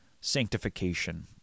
sanctification